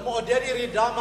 זה מעודד ירידה מהארץ,